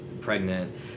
Pregnant